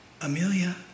Amelia